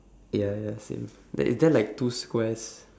ya ya same ther~ is there like two squares